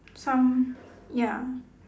some ya